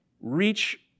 reach